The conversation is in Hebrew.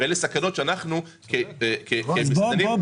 מדובר בסכנות שאנחנו --- (היו"ר ג'ידא רינאוי-זועבי,